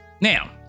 Now